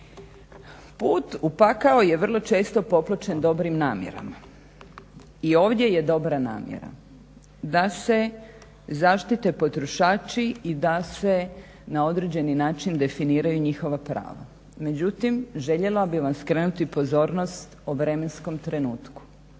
put u pakao je vrlo često popločen dobrim namjerama. I ovdje je dobra namjera da se zaštite potrošači i da se na određeni način definiraju njihova prava. Međutim, željela bih vam skrenuti pozornost o vremenskom trenutku.